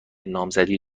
نامزدی